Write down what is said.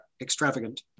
extravagant